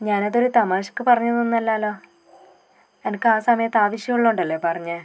ഞാനത് തമാശക്ക് പറഞ്ഞതൊന്നുമല്ലല്ലോ എനക്ക് ആ സമയത്ത് ആവശ്യമുള്ളത് കൊണ്ടല്ലേ പറഞ്ഞത്